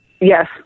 Yes